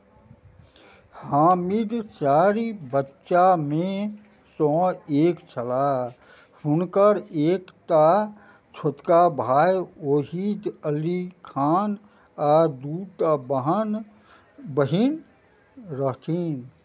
हामिद चारि बच्चामे सँ एक छलाह हुनकर एक टा छोटका भाय ओहिद अली खान आ दू टा बहन बहिन रहथिन